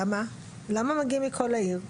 למה הם מגיעים מכל העיר?